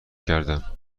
کردم